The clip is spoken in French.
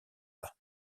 pas